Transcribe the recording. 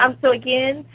um so again,